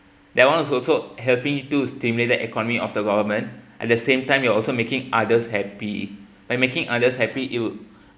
that one is also helping to stimulate the economy of the government at the same time you're also making others happy by making others happy it'll